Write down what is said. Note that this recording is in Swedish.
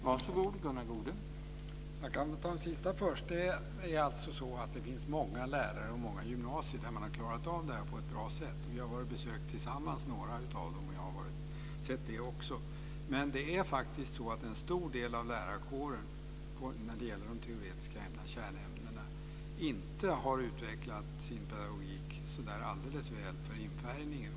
Herr talman! Jag kan ta det sista först. Det finns många lärare på många gymnasier där man har klarat av det här på ett bra sätt. Vi har tillsammans besökt några av dem, och jag har också sett det. Men en stor del av lärarkåren i de teoretiska ämnena och kärnämnena har inte utvecklat sin pedagogik så väl för infärgningen.